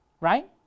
right